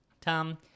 Tom